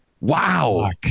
Wow